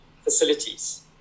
facilities